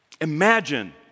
Imagine